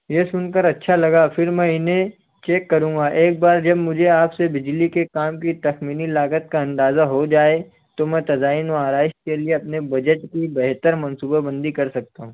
یہ سن کر اچھا لگا پھر میں انہیں چیک کروں گا ایک بار جب مجھے آپ سے بجلی کے کام کی تخمینی لاگت کا اندازہ ہوجائے تو میں تزائین و آرائش کے لیے اپنے بجٹ کی بہتر منصوبہ بندی کرسکتا ہوں